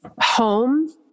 home